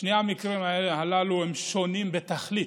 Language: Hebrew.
שני המקרים הללו הם שונים בתכלית,